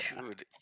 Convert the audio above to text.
dude